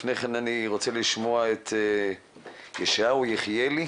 לפני כן אני רוצה לשמוע את ישעיהו יחיאלי,